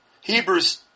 Hebrews